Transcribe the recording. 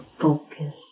focus